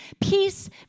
Peace